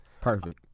Perfect